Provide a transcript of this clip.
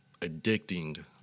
addicting